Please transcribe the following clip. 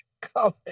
come